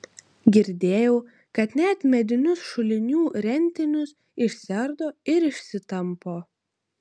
girdėjau kad net medinius šulinių rentinius išsiardo ir išsitampo